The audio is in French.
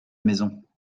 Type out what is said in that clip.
maison